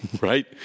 right